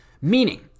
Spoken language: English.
Meaning